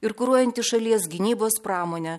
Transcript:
ir kuruojanti šalies gynybos pramonę